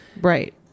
Right